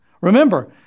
Remember